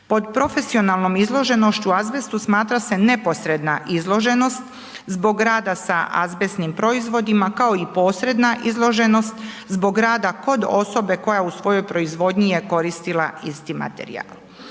Pod profesionalnom izloženošću azbestu smatra se neposredna izloženost zbog rada sa azbestnim proizvodima kao i posredna izloženost zbog rada kod osobe koja u svojoj proizvodnji je koristila isti materijal.